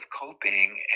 coping